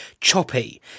choppy